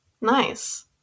Nice